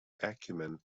acumen